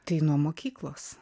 tai nuo mokyklos